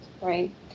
right